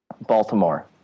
Baltimore